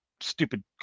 stupid